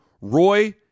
Roy